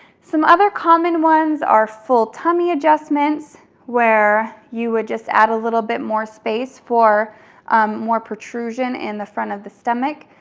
some other common ones are full tummy adjustments where you would just add a little bit more space for more protrusion in the front of the stomach.